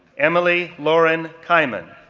emily lauren kyman.